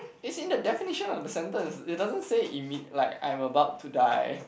it's in the definition of the sentence it doesn't say imme~ like I'm about to die